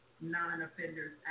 non-offenders